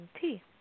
tea